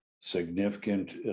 significant